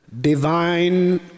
divine